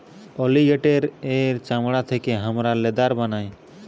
অলিগেটের এর চামড়া থেকে হামরা লেদার বানাই